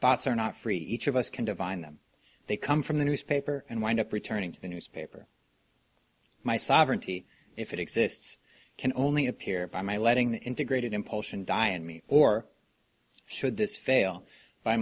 thoughts are not free each of us can divine them they come from the newspaper and wind up returning to the newspaper my sovereignty if it exists can only appear by my letting the integrated impulsion die in me or should this fail by